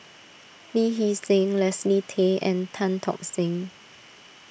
Lee Hee Seng Leslie Tay and Tan Tock Seng